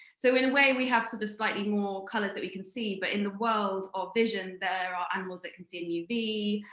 so in a way, we have sort of slightly more colors that we can see. but in the world of vision, there are animals that can see in uv,